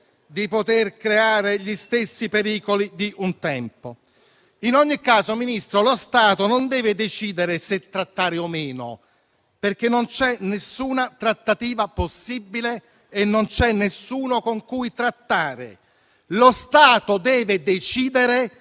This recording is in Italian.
di poter creare gli stessi pericoli di un tempo. *(Commenti)*. In ogni caso, signor Ministro, lo Stato non deve decidere se trattare o meno, perché non c'è nessuna trattativa possibile e non c'è nessuno con cui trattare. Lo Stato deve decidere